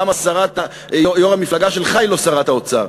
למה יושבת-ראש המפלגה שלך היא לא שרת האוצר?